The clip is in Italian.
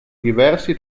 diversi